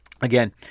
again